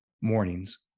Mornings